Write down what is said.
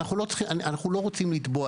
אנחנו לא רוצים לתבוע.